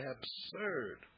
Absurd